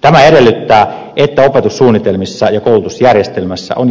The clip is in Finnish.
tämä edellyttää että opetussuunnitelmissa ja koulutusjärjestelmässä on